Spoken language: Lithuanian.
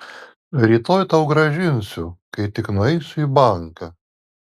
rytoj tau grąžinsiu kai tik nueisiu į banką